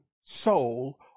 soul